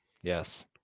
Yes